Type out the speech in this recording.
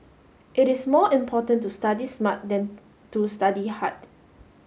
it is more important to study smart than to study hard